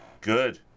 Good